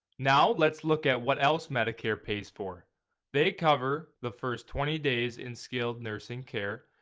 now let's look at what else medicare pays for they cover the first twenty days in skilled nursing care,